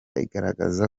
igaragaza